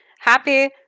Happy